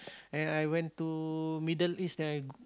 then I went to Middle-East then I g~